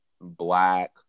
black